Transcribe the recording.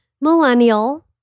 millennial